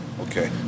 Okay